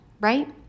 right